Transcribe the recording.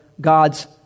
God's